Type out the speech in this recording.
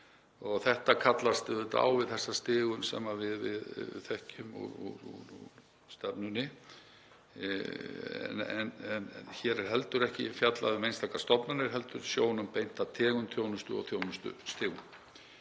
Þetta kallast auðvitað á við þessi stef sem við þekkjum úr stefnunni. Hér er heldur ekki fjallað um einstakar stofnanir heldur sjónum beint að tegund þjónustu og þjónustustigum.